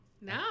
no